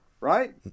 Right